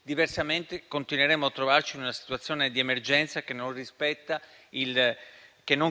Diversamente, continueremo a trovarci in una situazione di emergenza che non